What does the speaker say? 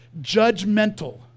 judgmental